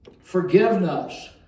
Forgiveness